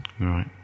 right